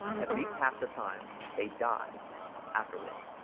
at least half the time, they die afterwards.